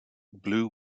blue